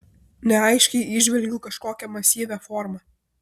neaiškiai įžvelgiu kažkokią masyvią formą